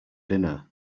dinner